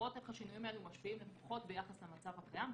לראות איך השינויים האלה משפיעים לפחות ביחס למצב הקיים,